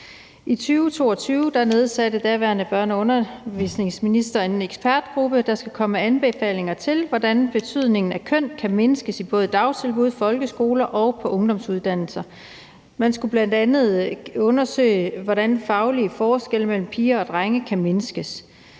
daværende børne- og undervisningsminister en ekspertgruppe, der skulle komme med anbefalinger til, hvordan betydningen af køn kan mindskes i både dagtilbud, folkeskoler og på ungdomsuddannelser. Man skulle bl.a. undersøge, hvordan faglige forskelle mellem piger og drenge kan mindskes.